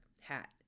hat